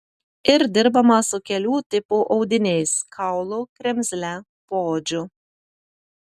ir dirbama su kelių tipų audiniais kaulu kremzle poodžiu